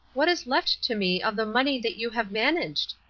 what is left to me of the money that you have managed?